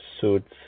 suits